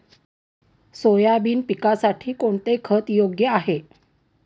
Soybean पिकासाठी कोणते खत योग्य आहे?